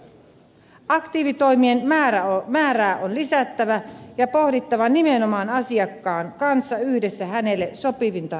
aktiivitoimien määrää on lisättävä ja pohdittava nimenomaan asiakkaan kanssa yhdessä hänelle sopivinta ratkaisua